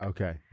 Okay